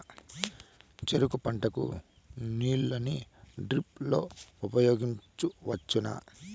చెరుకు పంట కు నీళ్ళని డ్రిప్ లో ఉపయోగించువచ్చునా?